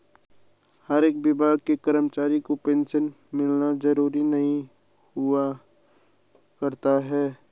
हर एक विभाग के कर्मचारी को पेन्शन मिलना जरूरी नहीं हुआ करता है